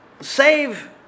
Save